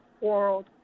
World